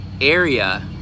area